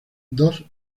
dos